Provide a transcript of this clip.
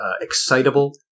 excitable